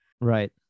right